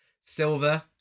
Silver